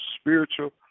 spiritual